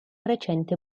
recente